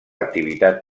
activitat